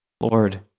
Lord